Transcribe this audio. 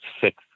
six